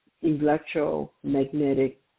electromagnetic